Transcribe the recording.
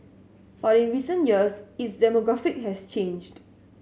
but in recent years its demographic has changed